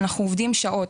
אנחנו עובדים שעות,